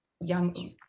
young